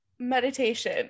meditation